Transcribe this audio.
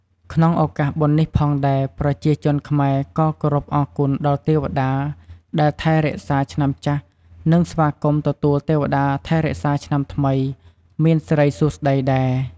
ក្នុងឱកាសបុណ្យនេះផងដែរ ប្រជាជនខ្មែរក៏គោរពអរគុណដល់ទេវតាដែលថែរក្សាឆ្នាំចាស់ និងស្វាគមន៏ទទួលទេវតាថែរក្សាឆ្នាំថ្មី មានសិរីសួស្ដីដែរ។